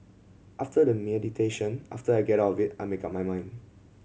after the meditation after I get out of it I make up my mind